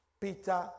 Peter